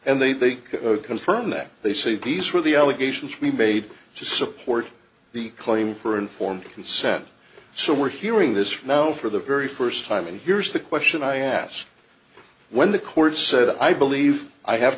and they confirm that they say these were the allegations we made to support the claim for informed consent so we're hearing this from now for the very first time and here's the question i asked when the court said i believe i have